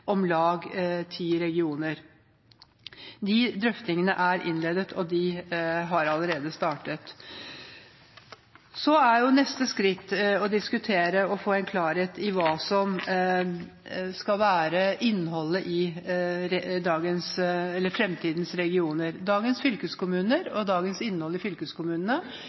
om lag ti regioner. Disse drøftingene er innledet, de har allerede startet. Neste skritt er å diskutere og få en klarhet i hva som skal være innholdet i framtidens regioner. Dagens innhold i fylkeskommunene vil også i all hovedsak være en del av regionenes oppgavesett. I